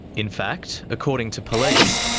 in fact, according to police,